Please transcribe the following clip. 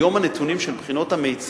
היום הנתונים של בחינות המיצ"ב,